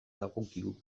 dagokigu